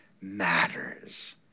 matters